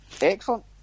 excellent